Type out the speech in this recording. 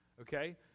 Okay